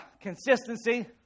consistency